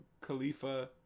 Khalifa